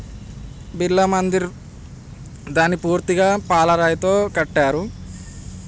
బిర్లా మందిర్ దాన్ని పూర్తిగా పాల రాయితో కట్టారు